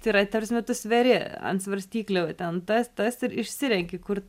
tai yra ta prasme tu sveri ant svarstyklių ten tas tas ir išsirenki kur